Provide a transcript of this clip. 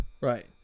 Right